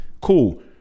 Cool